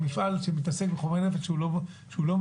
מפעל שמתעסק בחומרי נפץ שהוא לא מבוקר,